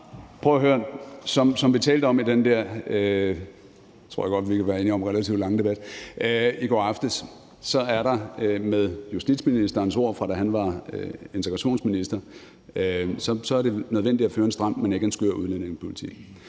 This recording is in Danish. tror jeg godt vi kan være enige om, relativt lange debat i går aftes, er det – med justitsministerens ord, fra da han var udlændinge- og integrationsminister – nødvendigt at føre en stram, men ikke en skør udlændingepolitik.